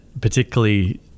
particularly